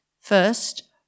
First